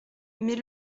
mais